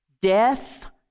death